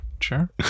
sure